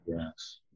Yes